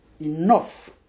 enough